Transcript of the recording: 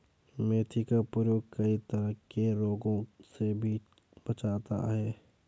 मेथी का प्रयोग कई तरह के रोगों से भी बचाता है